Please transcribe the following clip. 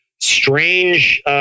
strange